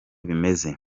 bimeze